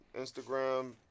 Instagram